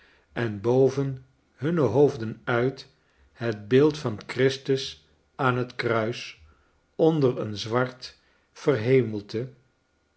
en bovcn hunne hoofden uit het beeld van christus aan het kruis onder een zwart